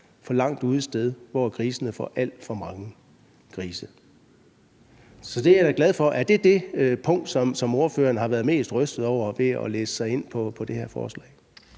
for langt ude, hvor søerne får alt for mange grise. Så det er jeg da glad for. Er det det punkt, som ordføreren har været mest rystet over ved at læse det her forslag?